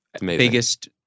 biggest